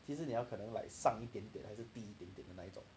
其实你要可能 like 上一点点还是低一点点的那一种